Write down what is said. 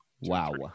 wow